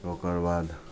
ओकरबाद